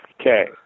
Okay